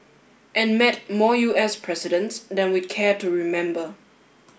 and met more U S presidents than we care to remember